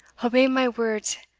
obey my words,